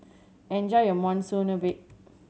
enjoy your Monsunabe